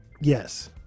Yes